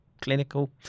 clinical